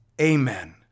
Amen